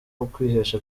ukwihesha